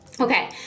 Okay